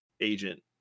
agent